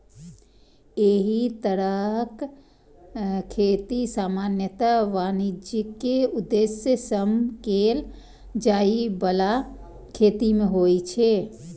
एहि तरहक खेती सामान्यतः वाणिज्यिक उद्देश्य सं कैल जाइ बला खेती मे होइ छै